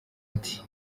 ati